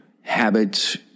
habits